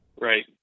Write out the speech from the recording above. Right